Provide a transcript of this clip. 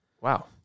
wow